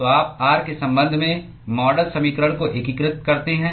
तो आप r के संबंध में मॉडल समीकरण को एकीकृत करते हैं